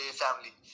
family